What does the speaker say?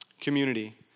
community